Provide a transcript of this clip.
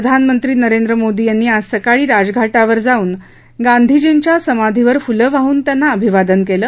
प्रधानमंत्री नरेंद्र मोदी यांनी आज सकाळी राजघाटावर जाऊन गांधीजींच्या समाधीवर फुलं वाहून त्यांना अभिवादन केलं